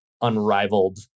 unrivaled